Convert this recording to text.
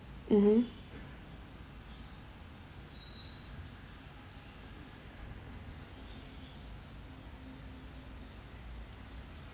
mmhmm